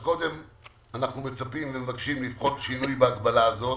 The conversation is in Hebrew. אנחנו מצפים ומבקשים לעשות שינוי בהגבלה הזאת,